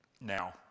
now